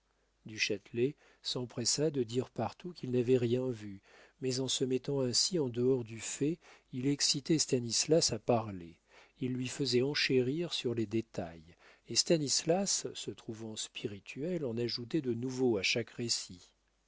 du châtelet s'empressa de dire partout qu'il n'avait rien vu mais en se mettant ainsi en dehors du fait il excitait stanislas à parler il lui faisait enchérir sur les détails et stanislas se trouvant spirituel en ajoutait de nouveaux à chaque récit